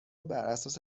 براساس